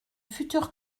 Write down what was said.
futures